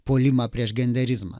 puolimą prieš genderizmą